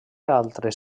altres